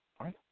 right